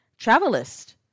Travelist